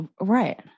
Right